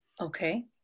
Okay